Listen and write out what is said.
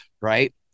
Right